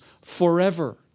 forever